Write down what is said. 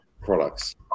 products